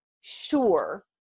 sure